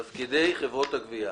סליחה,